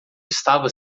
estava